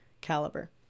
caliber